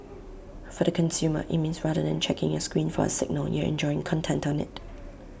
for the consumer IT means rather than checking your screen for A signal you're enjoying content on IT